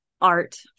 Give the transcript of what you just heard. art